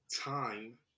time